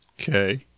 Okay